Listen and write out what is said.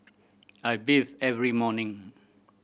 I bathe every morning